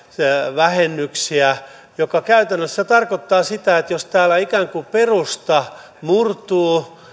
vähennyksiä mikä käytännössä tarkoittaa sitä että jos täällä ikään kuin perusta murtuu